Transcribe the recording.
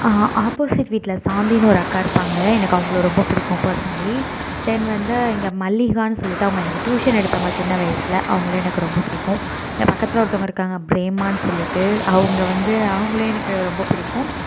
opposite வீட்டில் சாந்தின்னு ஒரு அக்கா இருப்பாங்க எனக்கு அவங்கள ரொம்ப பிடிக்கும் பர்ஸனலி தென் வந்து இங்கே மல்லிகான்னு சொல்லிவிட்டு அவங்க டியூசன் எடுத்தவங்க சின்ன வயசில் அவங்கள எனக்கு ரொம்ப பிடிக்கும் என் பக்கத்தில் ஒருத்தவங்க இருக்காங்க பிரேமான்னு சொல்லிவிட்டு அவங்கள வந்து அவங்கலியும் எனக்கு ரொம்ப புடிக்கும்